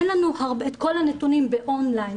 אין לנו את כל הנתונים באון-ליין,